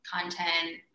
content